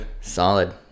Solid